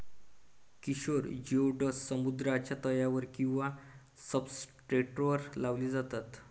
किशोर जिओड्स समुद्राच्या तळावर किंवा सब्सट्रेटवर लावले जातात